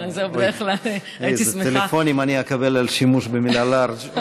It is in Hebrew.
אילו טלפונים אני אקבל על השימוש במילה לארג',